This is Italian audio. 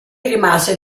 rimase